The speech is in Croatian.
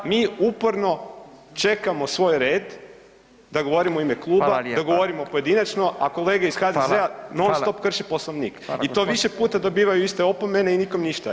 Ja, mi, uporno čekamo svoj red da govorimo u ime kluba, da govorimo pojedinačno, a kolege iz HDZ-a [[Upadica: Fala, fala]] non stop krše Poslovnik i to više dobivaju iste opomene i nikom ništa.